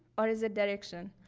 or is it direction?